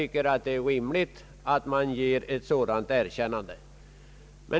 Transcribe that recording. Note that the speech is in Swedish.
Det är rimligt att ge ett sådant erkännande.